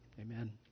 amen